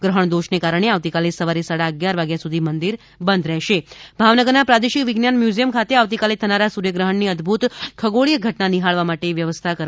ગ્રહણ દોષને કારણે આવતીકાલે સવારે સાડા અગિયાર વાગ્યા સુધી મંદિર બંધ રહેશે ભાવનગરના પ્રાદેશિક વિજ્ઞાન મ્યુઝિયમ ખાતે આવતીકાલે થનારા સૂર્યગ્રહણની અદભૂત ખગોળી ઘટના નિહાળવા માટે વ્યવસ્થા કરવામાં આવી છે